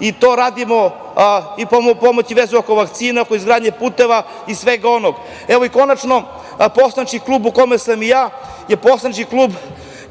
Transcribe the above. i to radimo i pomoć u vezi vakcina, oko izgradnje puteva i svega onoga. Konačno, i poslanički klub u kome sam i ja je poslanički klub